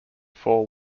four